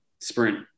sprint